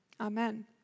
Amen